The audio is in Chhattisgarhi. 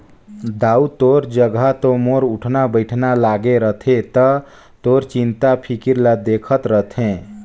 दाऊ तोर जघा तो मोर उठना बइठना लागे रथे त तोर चिंता फिकर ल देखत रथें